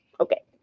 okay